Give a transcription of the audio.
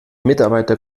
mitarbeiter